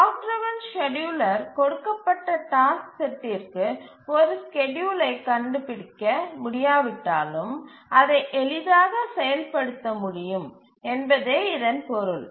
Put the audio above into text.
clock driven scheduler கொடுக்கப்பட்ட task செட்டிற்கு ஒரு ஸ்கேட்யூலை கண்டுபிடிக்க முடியாவிட்டாலும் அதை எளிதாக செயல்படுத்த முடியும் என்பதே இதன் பொருள்